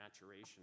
maturation